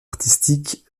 artistique